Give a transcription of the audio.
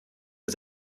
der